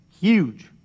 Huge